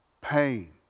pain